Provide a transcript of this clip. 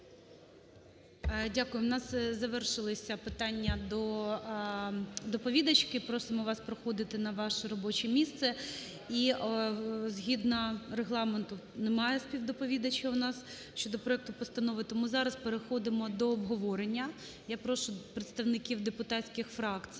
Дякую. У нас завершилися питання до доповідачки. Просимо вас проходити на ваше робоче місце. І згідно Регламенту немає співдоповідача у нас щодо проекту постанови, тому зараз переходимо до обговорення. Я прошу представників депутатських фракцій